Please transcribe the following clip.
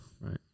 Right